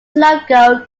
logo